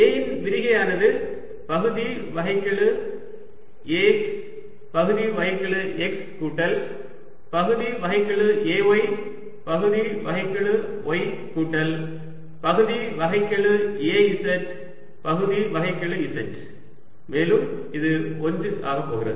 A ன் விரிகையானது பகுதி வகைக்கெழு Ax பகுதி வகைக்கெழு x கூட்டல் பகுதி வகைக்கெழு Ay பகுதி வகைக்கெழு y கூட்டல் பகுதி வகைக்கெழு Az பகுதி வகைக்கெழு z மேலும் இது 1 ஆகப்போகிறது